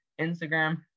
Instagram